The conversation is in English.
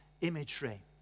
imagery